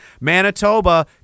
Manitoba